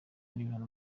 n’ibihano